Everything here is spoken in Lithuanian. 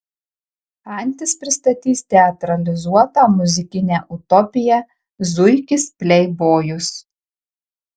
antis pristatys teatralizuotą muzikinę utopiją zuikis pleibojus